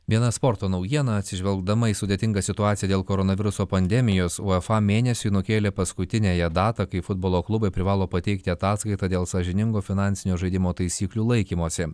viena sporto naujiena atsižvelgdama į sudėtingą situaciją dėl koronaviruso pandemijos uefa mėnesiui nukėlė paskutiniają datą kai futbolo klubai privalo pateikti ataskaitą dėl sąžiningo finansinio žaidimo taisyklių laikymosi